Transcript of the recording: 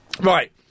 Right